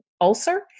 ulcer